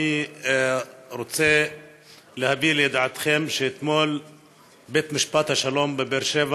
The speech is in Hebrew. אני רוצה להביא לידיעתכם שאתמול בית משפט השלום בבאר שבע